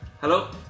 Hello